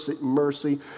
mercy